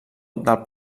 del